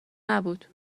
نبود